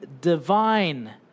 divine